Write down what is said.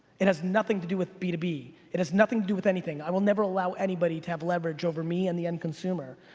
it has nothing to do with b two b. it has nothing to do with anything. i will never allow anybody to have leverage over me and the end consumer.